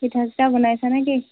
পিঠা চিঠা বনাইছানে কি